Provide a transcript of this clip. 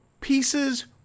pieces